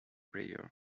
player